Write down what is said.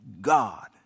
God